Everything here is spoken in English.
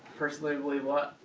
personally believe what?